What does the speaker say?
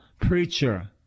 preacher